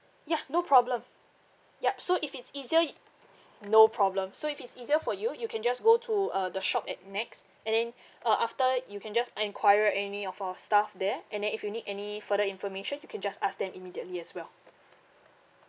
ya no problem yup so if it's easier y~ no problem so if it's easier for you you can just go to uh the shop at nex and then uh after you can just enquire any of our staff there and then if you need any further information you can just ask them immediately as well